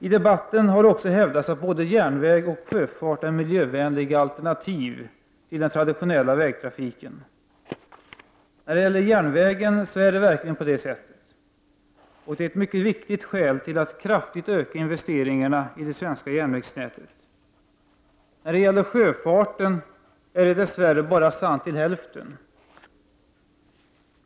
I debatten har också hävdats att både järnväg och sjöfart är miljövänliga alternativ till den traditionella vägtrafiken. I fråga om järnvägen är det verkligen så, och det är ett mycket viktigt skäl till att kraftigt öka investeringarna i det svenska järnvägsnätet. Vad gäller sjöfarten är det dess värre sant bara till hälften.